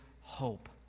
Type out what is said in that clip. hope